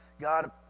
God